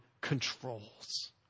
controls